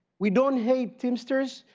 we don't hate teamsters,